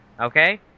Okay